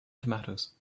tomatoes